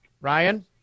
Ryan